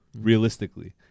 realistically